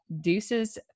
deuces